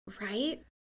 Right